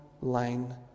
line